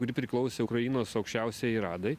kuri priklausė ukrainos aukščiausiajai radai